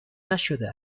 نشده